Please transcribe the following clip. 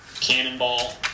Cannonball